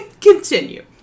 Continue